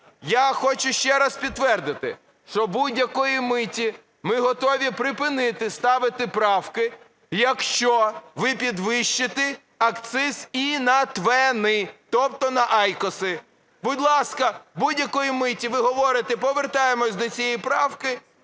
Я хочу ще раз підтвердити, що будь-якої миті ми готові припинити ставити правки, якщо ви підвищите акциз і на ТВЕНи, тобто на айкоси. Будь ласка, будь-якої миті ви говорите, повертаємося до цієї правки,